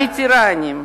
הווטרנים,